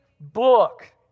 book